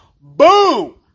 Boom